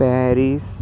Paris